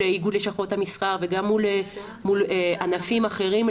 איגוד לשכות המסחר ומול ענפים אחרים,